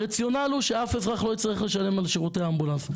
הרציונל הוא שאף אזרח לא יצטרך לשלם על שירותי אמבולנס.